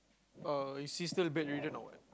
uh is he still bedridden or what